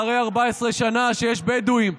אחרי 14 שנה, שיש בדואים.